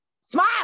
Smile